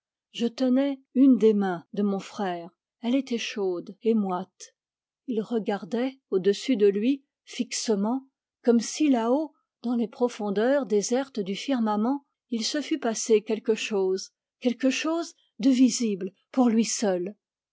je tenais une des mains de mon frère elle était chaude et moite il regardait au-dessus de lui fixement comme si là-haut dans les profondeurs désertes du firmament il se fût passé quelque chose quelque chose de visible pour lui seul